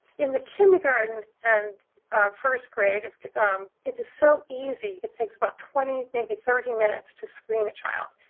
in the kindergarten and first grade, it is so easy it takes about twenty, maybe thirty minutes to screen a child.